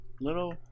little